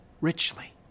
richly